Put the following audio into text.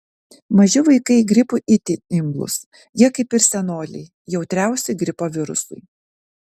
maži vaikai gripui itin imlūs jie kaip ir senoliai jautriausi gripo virusui